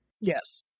yes